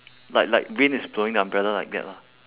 like like wind is blowing the umbrella like that lor